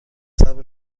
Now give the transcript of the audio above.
صبر